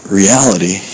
reality